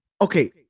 Okay